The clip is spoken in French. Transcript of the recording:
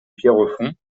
pierrefonds